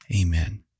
Amen